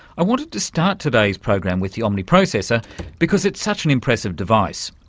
i wanted to start today's program with the omni processor because it's such an impressive device,